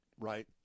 Right